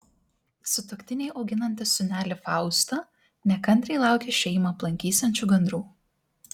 sutuoktiniai auginantys sūnelį faustą nekantriai laukia šeimą aplankysiančių gandrų